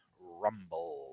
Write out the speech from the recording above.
Rumble